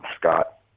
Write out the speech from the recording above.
Scott